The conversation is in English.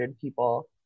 people